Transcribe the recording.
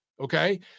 Okay